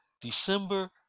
December